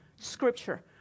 Scripture